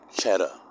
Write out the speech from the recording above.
cheddar